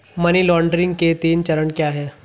Money laundering के तीन चरण क्या हैं?